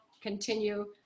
continue